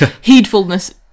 heedfulness